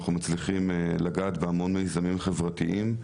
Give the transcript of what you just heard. אנחנו מצליחים לגעת בהמון מיזמים חברתיים.